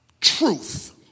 truth